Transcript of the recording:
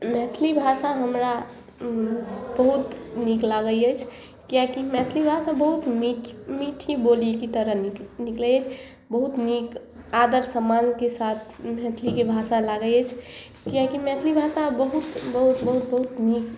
मैथिली भाषा हमरा बहुत नीक लागै अछि किएकि मैथिली भाषा बहुत मीठ मीठी बोलीके तरह निक निकलै अछि बहुत नीक आदर सम्मानके साथ मैथिलीके भाषा लागै छि किएकि मैथिली भाषा बहुत बहुत बहुत बहुत नीक